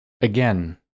Again